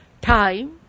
time